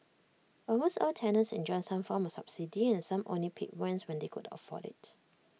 almost all tenants enjoyed some form of subsidy and some only paid rents when they could afford IT